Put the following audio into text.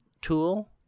tool